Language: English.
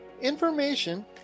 information